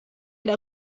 hier